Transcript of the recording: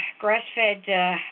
grass-fed